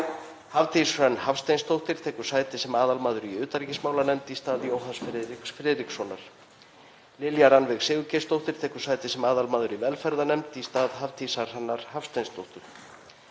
Hafdís Hrönn Hafsteinsdóttir tekur sæti sem aðalmaður í utanríkismálanefnd í stað Jóhanns Friðriks Friðrikssonar. Lilja Rannveig Sigurgeirsdóttir tekur sæti sem aðalmaður í velferðarnefnd í stað Hafdísar Hrannar Hafsteinsdóttur.